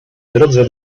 drodze